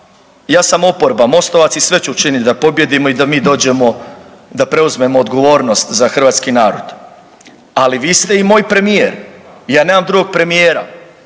ja sam oproba Mostovac i sve ću učinit da pobijedimo i da mi dođemo, da preuzmemo odgovornost za hrvatski narod, ali vi ste i moj premijer, ja nemam drugog premijera.